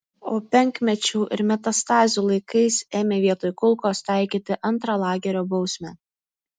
o penkmečių ir metastazių laikais ėmė vietoj kulkos taikyti antrą lagerio bausmę